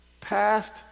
Past